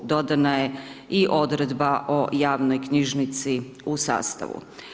Dodana je i Odredba o javnoj knjižnici u sastavu.